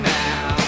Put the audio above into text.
now